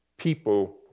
people